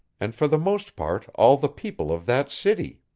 and for the most part all the people of that city.